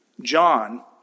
John